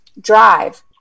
drive